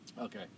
Okay